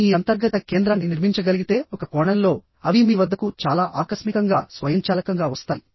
మీరు ఈ అంతర్గత కేంద్రాన్ని నిర్మించగలిగితే ఒక కోణంలో అవి మీ వద్దకు చాలా ఆకస్మికంగా స్వయంచాలకంగా వస్తాయి